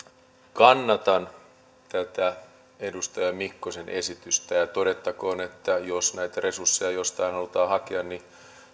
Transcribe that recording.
kannatan tätä edustaja mikkosen esitystä todettakoon että jos näitä resursseja jostain halutaan hakea niin